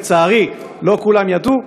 לצערי, לא כולם ידעו.